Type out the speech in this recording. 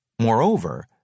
Moreover